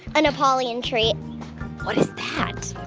a napoleon treat what is that?